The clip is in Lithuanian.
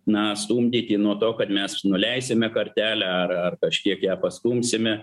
na stumdyti nuo to kad mes nuleisime kartelę ar ar kažkiek ją pastumsime